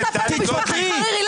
לך טפל במשפחת חרירי.